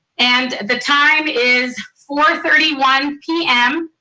and the time is four thirty one p m.